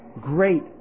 great